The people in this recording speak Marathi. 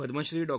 पद्मश्री डॉ